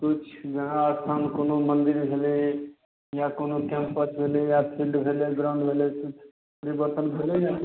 किछु जहाँ स्थान कोनो मन्दिर भेलय या कोनो कैम्पस भेलय या फील्ड भेलय ग्राउंड भेलय परिवर्तन भेलय हइ